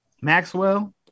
Maxwell